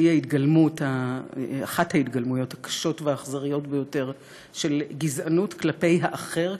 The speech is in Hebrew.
שהיא אחת ההתגלמויות הקשות והאכזריות ביותר של גזענות כלפי האחר,